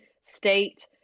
state